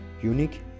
unique